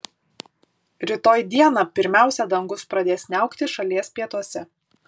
rytoj dieną pirmiausia dangus pradės niauktis šalies pietuose